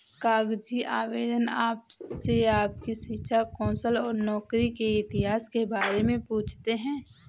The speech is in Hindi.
कागजी आवेदन आपसे आपकी शिक्षा, कौशल और नौकरी के इतिहास के बारे में पूछते है